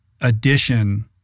addition